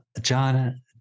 john